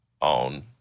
on